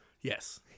Yes